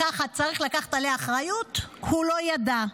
לקחת עליה אחריות: הוא לא ידע.